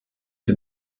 den